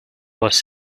was